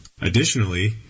Additionally